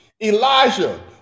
Elijah